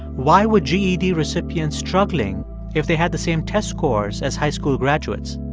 why were ged recipients struggling if they had the same test scores as high school graduates?